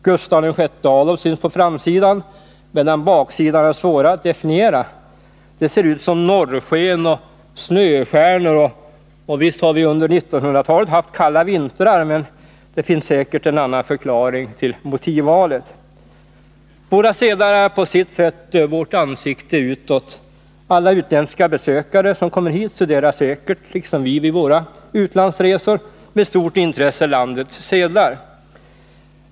Gustav VI Adolf syns på framsidan, medan baksidan är svårare att definiera. Det ser ut som norrsken och snöstjärnor, och visst har vi under 1900-talet haft kalla vintrar, men det finns säkert en annan förklaring till motivvalet. Våra sedlar är på sitt sätt vårt ansikte utåt. Alla utländska besökare som kommer hit studerar säkert liksom vi vid våra utlandsresor med stort intresse landets sedlar.